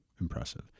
impressive